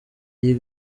iyi